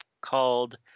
called